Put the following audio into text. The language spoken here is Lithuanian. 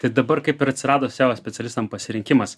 tai dabar kaip ir atsirado seo specialistam pasirinkimas